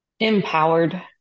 empowered